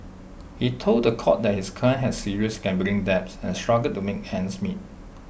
he told The Court that his client had serious gambling debts and struggled to make ends meet